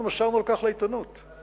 אנחנו מסרנו על כך לעיתונות, אבל,